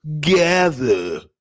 gather